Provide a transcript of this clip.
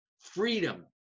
Freedom